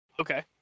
Okay